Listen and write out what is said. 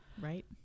right